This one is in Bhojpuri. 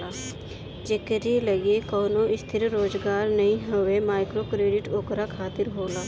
जेकरी लगे कवनो स्थिर रोजगार नाइ हवे माइक्रोक्रेडिट ओकरा खातिर होला